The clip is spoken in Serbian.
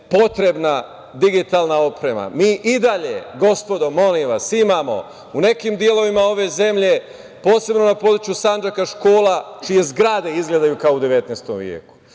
potrebna digitalna oprema. Mi i dalje, gospodo, molim vas, imamo u nekim delovima ove zemlje, posebno na području Sandžaka, škola čije zgrade izgledaju kao u 19. veku.